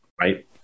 right